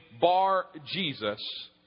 Bar-Jesus